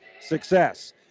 success